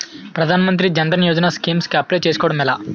ప్రధాన మంత్రి జన్ ధన్ యోజన స్కీమ్స్ కి అప్లయ్ చేసుకోవడం ఎలా?